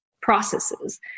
processes